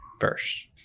first